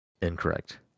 Incorrect